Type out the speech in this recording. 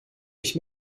ich